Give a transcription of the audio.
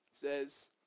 says